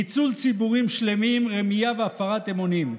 ניצול ציבורים שלמים, רמייה והפרת אמונים.